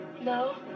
No